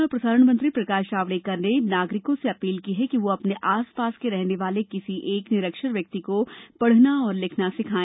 सूचना और प्रसारण मंत्री प्रकाश जावड़ेकर ने नागरिकों से अपील की है कि वह अपने आस पास के रहने वाले किसी एक निरक्षर व्यक्ति को पढ़ना और लिखना सिखाए